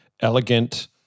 elegant